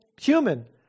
human